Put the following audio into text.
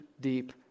deep